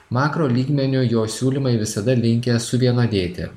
makro lygmeniu jo siūlymai visada linkę suvienodėti